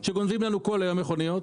שגונבים לנו כל היום מכוניות,